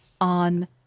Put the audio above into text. on